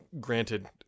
granted